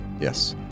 Yes